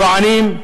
טוענים,